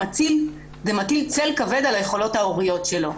זה מטיל צל כבד על היכולות ההוריות שלו.